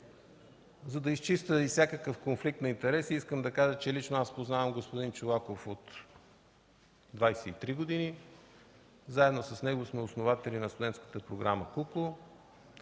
За да изчистя и всякакъв конфликт на интереси, искам да кажа, че лично аз познавам господин Чолаков от 23 години. Заедно с него сме основатели на Студентската програма „Ку-ку”.